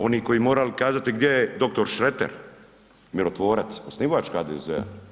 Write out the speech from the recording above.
Oni koji bi morali kazati gdje je dr. Šreter, mirotvorac, osnivač HDZ-a.